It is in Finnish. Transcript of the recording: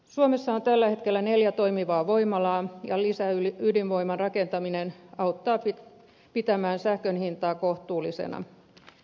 suomessa on tällä hetkellä neljä toimivaa voimalaa ja lisäydinvoiman rakentaminen auttaa pitämään sähkön hintaa kohtuullisena